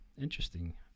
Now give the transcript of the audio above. Interesting